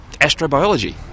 astrobiology